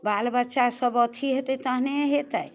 बाल बच्चा सब अथी हेतै तहने हेतै